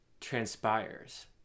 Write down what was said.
transpires